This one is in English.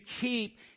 keep